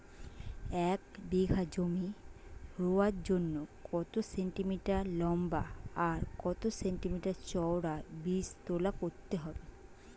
এক বিঘা জমি রোয়ার জন্য কত সেন্টিমিটার লম্বা আর কত সেন্টিমিটার চওড়া বীজতলা করতে হবে?